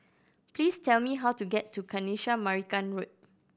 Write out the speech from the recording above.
please tell me how to get to Kanisha Marican Road